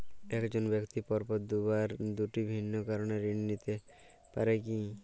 এক জন ব্যক্তি পরপর দুবার দুটি ভিন্ন কারণে ঋণ নিতে পারে কী?